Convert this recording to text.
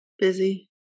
busy